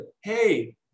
Hey